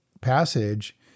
passage